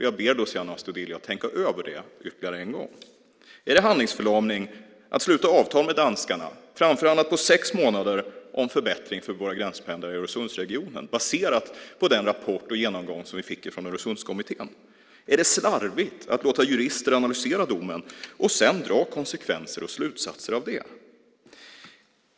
Jag ber Luciano Astudillo att tänka över detta ännu en gång. Är det handlingsförlamning att sluta avtal med danskarna, framförhandlat på sex månader om en förbättring för våra gränspendlare i Öresundsregionen, baserat på den rapport och genomgång som vi fick från Öresundskommittén? Är det slarvigt att låta jurister analysera domen och sedan dra konsekvenser och slutsatser av det?